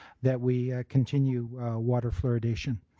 that we continue water fluoridation.